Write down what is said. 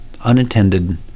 unintended